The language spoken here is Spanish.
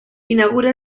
inaugura